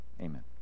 amen